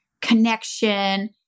connection